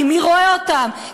כי מי רואה אותם,